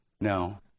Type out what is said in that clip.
No